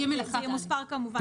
מי בעד (12) ו-(13)?